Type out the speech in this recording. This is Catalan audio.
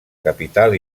capital